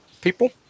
people